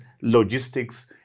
Logistics